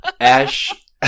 Ash